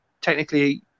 technically